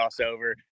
crossover